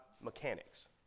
mechanics